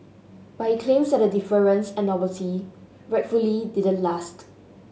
but he claims that the deference and novelty rightfully didn't last